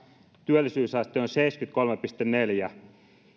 työllisyysaste on seitsemänkymmentäkolme pilkku neljä